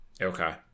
Okay